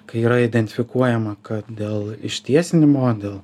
kai yra identifikuojama kad dėl ištiesinimo dėl